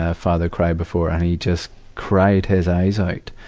ah father cry before, and he just cried his eyes out.